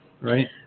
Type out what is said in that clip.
Right